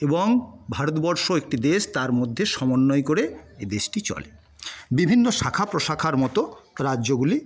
এবং ভারতবর্ষ একটি দেশ তার মধ্যে সমন্বয় করে এই দেশটি চলে বিভিন্ন শাখা প্রশাখার মতো রাজ্যগুলি